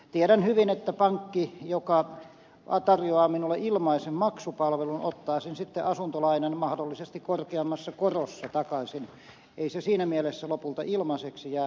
tiedän hyvin että pankki joka tarjoaa minulle ilmaisen maksupalvelun ottaa sen sitten asuntolainan mahdollisesti korkeammassa korossa takaisin ei se siinä mielessä lopulta ilmaiseksi jää